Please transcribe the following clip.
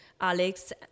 Alex